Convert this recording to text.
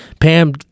Pam